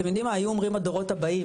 אתם יודעים מה היו אומרים הדורות הבאים,